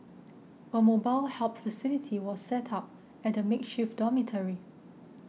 a mobile help facility was set up at the makeshift dormitory